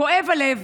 כואב הלב.